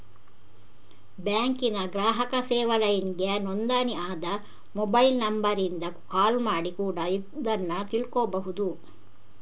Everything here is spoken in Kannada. ಬ್ಯಾಂಕಿನ ಗ್ರಾಹಕ ಸೇವಾ ಲೈನ್ಗೆ ನೋಂದಣಿ ಆದ ಮೊಬೈಲ್ ನಂಬರಿಂದ ಕಾಲ್ ಮಾಡಿ ಕೂಡಾ ಇದ್ನ ತಿಳ್ಕೋಬಹುದು